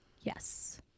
Yes